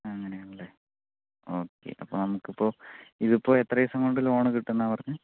അങ്ങനെയാണ്ലെ okay അപ്പൊ നമുക്ക് ഇപ്പൊ ഇതിപ്പോ എത്ര ദിവസം കൊണ്ട് ലോൺ കിട്ടുമെന്നാ പറഞ്ഞെ